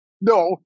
no